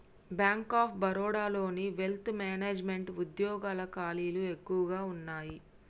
bank of బరోడాలోని wealth management వుద్యోగాల ఖాళీలు ఎక్కువగా వున్నయ్యి